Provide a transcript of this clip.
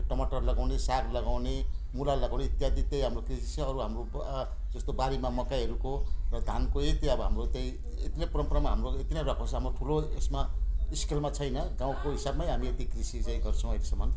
त्यो टमाटर लगाउने साग लगाउने मुला लगाउने इत्यादि त्यही हाम्रो अब हाम्रो जस्तो बारीमा मकैहरूको र धानको यही त्यो अब हाम्रो त्यही परम्परामा हाम्रो किन हाम्रो ठुलो यसमा स्केलमा छैन गाउँको हिसाबमै हामी यति कृषि चाहिँ गर्छौँ अहिलेसम्म